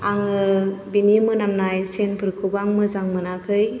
आङो बेनि मोनामनाय सेन्ट फोरखौबो आं मोजां मोनाखै